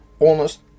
honest